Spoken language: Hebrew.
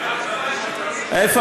תראו מה קרה בטורקיה בשנים האחרונות,